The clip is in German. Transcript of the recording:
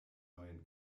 neuen